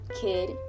kid